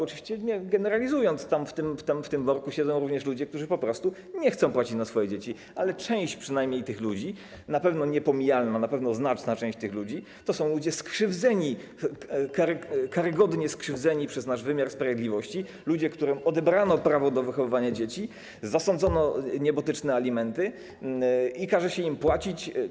Oczywiście generalizując, tam w tym worku siedzą również ludzie, którzy po prostu nie chcą płacić na swoje dzieci, ale przynajmniej część tych ludzi, na pewno niepomijalna, na pewno znaczna część tych ludzi to są ludzie skrzywdzeni, karygodnie skrzywdzeni przez nasz wymiar sprawiedliwości, ludzie, którym odebrano prawo do wychowywania dzieci, zasądzono niebotyczne alimenty i każe się płacić.